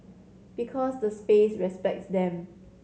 because the space respects them